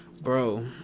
bro